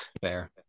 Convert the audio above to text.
Fair